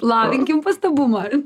lavinkim pastabumą